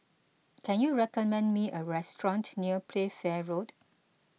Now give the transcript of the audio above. can you recommend me a restaurant near Playfair Road